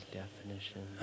definition